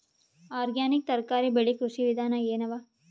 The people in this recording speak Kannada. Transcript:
ಆರ್ಗ್ಯಾನಿಕ್ ತರಕಾರಿ ಬೆಳಿ ಕೃಷಿ ವಿಧಾನ ಎನವ?